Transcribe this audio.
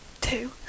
two